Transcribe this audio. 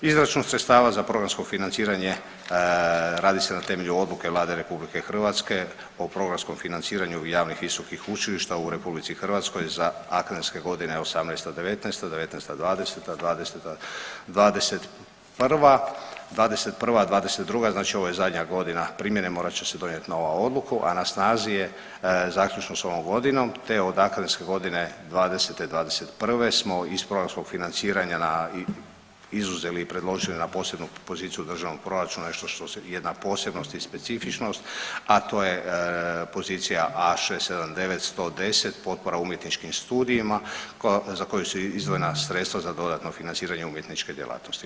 Izračun sredstava za programsko financiranje radi se na temelju odluke Vlade RH o programskom financiranju javnih visokih učilišta u RH za akademske godine '18.-'19., '19.-'20., '20.-'21., '021.-'22. znači ovo je zadnja godina primjene morat će se donijet nova odluka, a na snazi je zaključno s ovom godinom te je od akademske godine '20.-'21. smo iz programskog financiranja izuzeli i predložili na posebnu poziciju državnog proračuna nešto se jedna posebnost i specifičnost, a to je pozicija A67910 potpora umjetničkim studijima za koju su izdvojena sredstva za dodatno financiranje umjetničke djelatnosti.